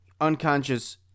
unconscious